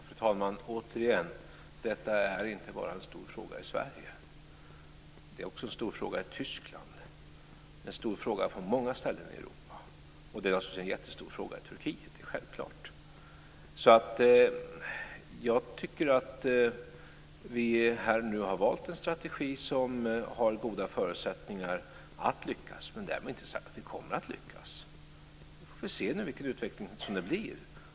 Fru talman! Återigen: Detta är inte bara en stor fråga i Sverige. Det är också en stor fråga i Tyskland. Det är en stor fråga på många ställen i Europa. Och det är naturligtvis en jättestor fråga i Turkiet. Det är självklart. Jag tycker att vi här nu har valt en strategi som har goda förutsättningar att lyckas. Men därmed inte sagt att vi kommer att lyckas. Vi får se nu vilken utveckling det blir.